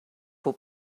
for